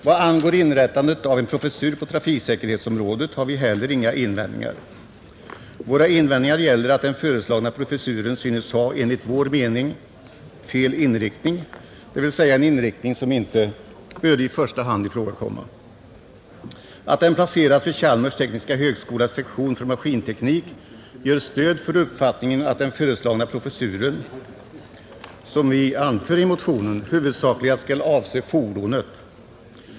Vad angår inrättandet av en professur på trafiksäkerhetsområdet har vi heller inga invändningar, utan de invändningar vi gör gäller att den föreslagna professuren synes ha en enligt vår mening felaktig inriktning, dvs. en inriktning som inte bör komma i fråga i första hand. Att professuren placerats vid Chalmers tekniska högskolas sektion för maskinteknik ger, som vi anför i motionen, stöd för uppfattningen att den föreslagna professuren huvudsakligen skall avse fordonet.